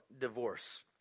divorce